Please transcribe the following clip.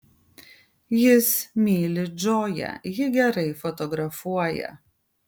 jis myli džoją ji gerai fotografuoja